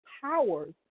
powers